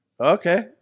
okay